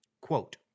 Quote